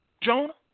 Jonah